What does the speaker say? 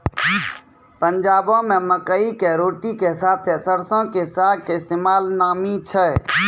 पंजाबो मे मकई के रोटी के साथे सरसो के साग के इस्तेमाल नामी छै